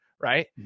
right